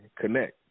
connect